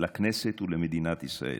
לכנסת ולמדינת ישראל,